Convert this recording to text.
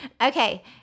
Okay